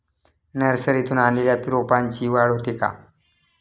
नर्सरीतून आणलेल्या रोपाची वाढ होते का?